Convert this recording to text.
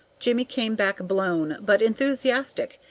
jimmie came back blown, but enthusiastic,